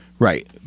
Right